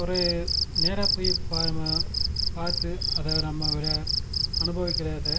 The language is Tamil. ஒரு நேராக போய் பாரும பார்த்து அதை நம்ம விளை அனுபவிக்கிறதை